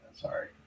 sorry